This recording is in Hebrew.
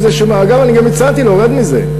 אגב, אני גם הצעתי לו: רד מזה.